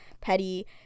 petty